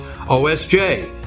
OSJ